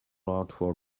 outward